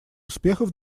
успехов